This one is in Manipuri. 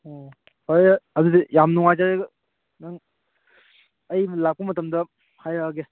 ꯑꯣ ꯐꯔꯦ ꯑꯗꯨꯗꯤ ꯌꯥꯝ ꯅꯨꯡꯉꯥꯏꯖꯔꯦ ꯅꯪ ꯑꯩꯅ ꯂꯥꯛꯄ ꯃꯇꯝꯗ ꯍꯥꯏꯔꯛꯑꯒꯦ